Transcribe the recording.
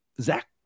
zach